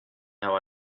how